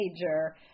major